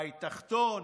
בית תחתון,